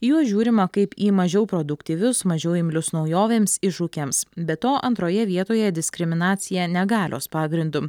į juos žiūrima kaip į mažiau produktyvius mažiau imlius naujovėms iššūkiams be to antroje vietoje diskriminaciją negalios pagrindu